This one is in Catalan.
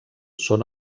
són